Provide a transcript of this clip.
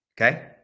Okay